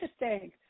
interesting